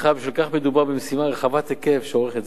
ובשל כך מדובר במשימה רחבת היקף שאורכת זמן.